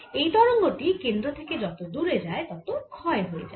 এই তরঙ্গ টি কেন্দ্র থেকে যত দূরে যায় তত ক্ষয় হয়ে যায়